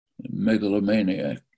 megalomaniac